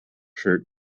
shirt